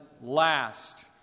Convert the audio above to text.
last